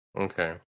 okay